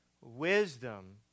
Wisdom